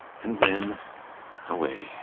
and then away!